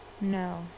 No